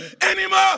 anymore